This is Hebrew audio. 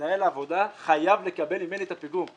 מנהל העבודה חייב לקבל ממני את הפיגום.